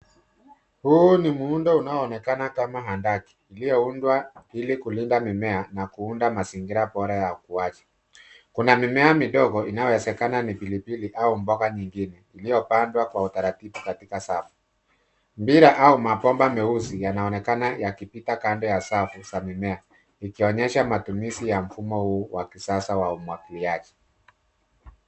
Huu ni muundo unaonekana kama handaki ilioundwa ili kulinda mimea inayozingira bora ya kuwacha. Kuna mimea midogo inayowezakana ni pilipili au mboga nyingine iliopangwa kwa utaratibu katika safu. Mbira au mabomba meusi yanaonekana kupita kando ya safu za mimea ikionyesha matumizi ya mfumo huu wa kisasa wa umwagiliaji.